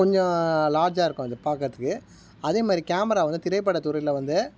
கொஞ்சம் லார்ஜாக இருக்கும் அது பார்க்கறதுக்கு அதே மாதிரி கேமரா வந்து திரைப்படத் துறையில் வந்து